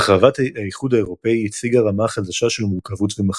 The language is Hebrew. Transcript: הרחבת האיחוד האירופי הציגה רמה חדשה של מורכבות ומחלוקת.